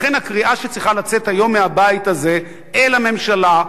לכן הקריאה שצריכה לצאת היום מהבית הזה אל הממשלה: